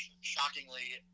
shockingly